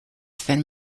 than